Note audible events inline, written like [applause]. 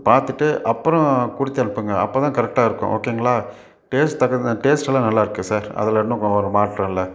பார்த்துட்டு அப்புறோம் கொடுத்தனுப்புங்க அப்போதான் கரெக்டாக இருக்கும் ஓகேங்களா டேஸ்ட் [unintelligible] டேஸ்ட்டெலாம் நல்லாயிருக்கு சார் அதில் ஒன்றும் ஒரு மாற்றம் இல்லை